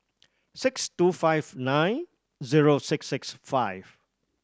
six two five nine zero six six five